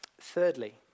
Thirdly